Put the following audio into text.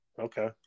Okay